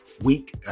week